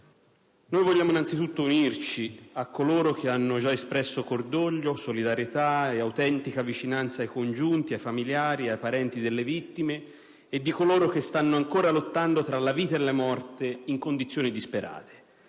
vogliamo anzitutto unirci a coloro che hanno già espresso cordoglio, solidarietà ed autentica vicinanza ai congiunti, ai familiari, ai parenti delle vittime e di coloro che stanno ancora lottando tra la vita e la morte in condizioni disperate.